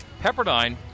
Pepperdine